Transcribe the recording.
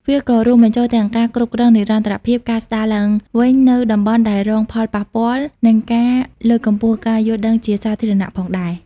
វាក៏រួមបញ្ចូលទាំងការគ្រប់គ្រងនិរន្តរភាព ការស្ដារឡើងវិញនូវតំបន់ដែលរងផលប៉ះពាល់ និងការលើកកម្ពស់ការយល់ដឹងជាសាធារណៈផងដែរ។